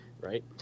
right